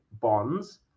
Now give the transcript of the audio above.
bonds